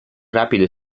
rapido